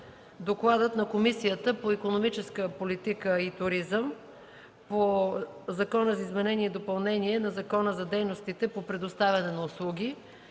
Докладът на Комисията по икономическата политика и туризъм по Законопроекта за изменение и допълнение на Закона за дейностите по предоставяне на услуги.